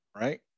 right